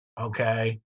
okay